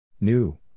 New